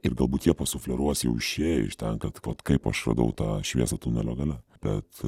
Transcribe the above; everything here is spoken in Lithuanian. ir galbūt jie pasufleruos jau išėję iš ten kad vat kaip aš radau tą šviesą tunelio gale bet